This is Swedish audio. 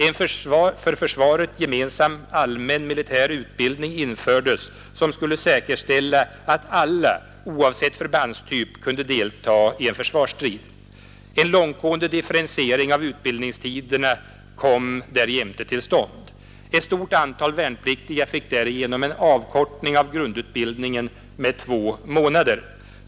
En för försvaret gemensam allmän militär utbildning infördes som skulle säkerställa att alla oavsett förbandstyp kunde deltaga i en försvarsstrid. En långtgående differentiering av utbildningstiderna kom därjämte till stånd. Ett stort antal värnpliktiga fick härigenom en avkortning av grundutbildningen med två månader.